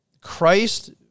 Christ